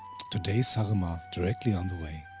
todays saaremaa, directly on the way.